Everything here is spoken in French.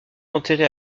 enterré